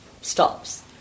stops